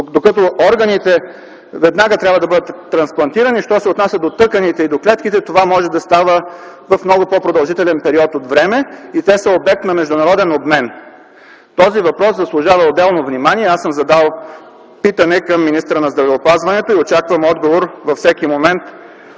докато органите трябва веднага да бъдат трансплантирани, що се отнася до тъканите и до клетките, това може да става в много по-продължителен период от време и те са обект на международен обмен. Този въпрос заслужава отделно внимание. Аз съм задал питане към министъра на здравеопазването и очаквам всеки момент